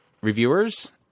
Reviewers